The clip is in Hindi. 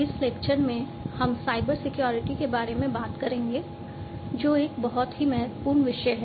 इस लेक्चर में हम साइबर सिक्योरिटी के बारे में बात करेंगे जो एक बहुत ही महत्वपूर्ण विषय है